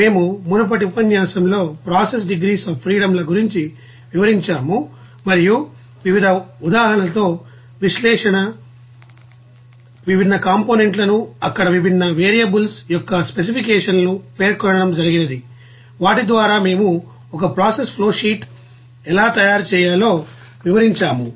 మేము మునుపటి ఉపన్యాసంలో ప్రాసెస్ డిగ్రీస్ అఫ్ ఫ్రీడమ్ ల గురించి వివరించాము మరియు వివిధ ఉదాహరణలతో విశ్లేషణ విభిన్న కాంపోనెంట్లను అక్కడ విభిన్న వేరియబుల్స్ యొక్క స్పెసిఫికేషన్లను పేర్కొనడం జరిగినది వాటి ద్వారా మేము ఒక ప్రాసెస్ ఫ్లోషీట్ ఎలా తయారు చేయాలో వివరించాము